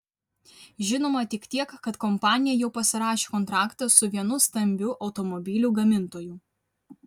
žinoma tik tiek kad kompanija jau pasirašė kontraktą su vienu stambiu automobilių gamintoju